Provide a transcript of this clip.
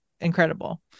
incredible